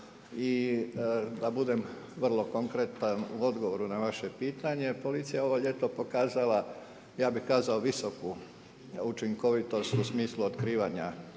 I da budem vrlo konkretan u odgovoru na vaše pitanje, policija je ovo ljeto pokazala, ja bih rekao visoku učinkovitost u smislu otkrivanja